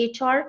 HR